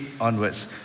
onwards